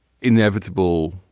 inevitable